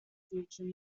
future